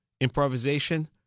Improvisation